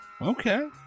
Okay